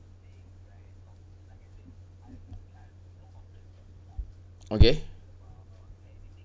okay